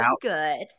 good